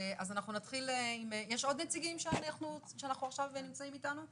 יש עוד נציגים שעכשיו נמצאים איתנו בזום?